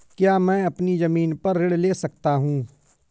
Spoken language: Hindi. क्या मैं अपनी ज़मीन पर ऋण ले सकता हूँ?